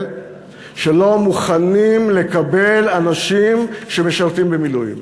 שלא מוכנים לקבל אנשים שמשרתים במילואים.